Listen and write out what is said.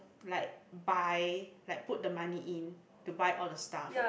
like buy like put the money in to buy all the stuff